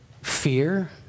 fear